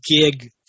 gig